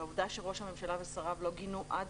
העובדה שראש הממשלה ושריו לא גינו עד